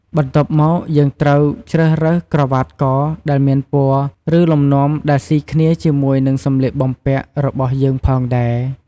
បន្ទាប់មកយើងត្រូវជ្រើសរើសក្រវ៉ាត់កដែលមានពណ៌ ឬលំនាំដែលស៊ីគ្នាជាមួយនិងសម្លៀកបំពាក់របស់យើងផងដែរ។